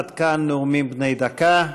עד כאן נאומים בני דקה.